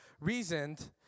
reasoned